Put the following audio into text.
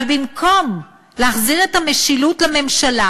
אבל במקום להחזיר את המשילות לממשלה,